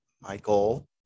Michael